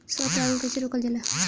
स्व परागण कइसे रोकल जाला?